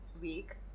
week